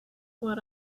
what